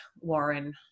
Warren